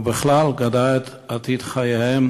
ובכלל, גדעה את עתיד חייהן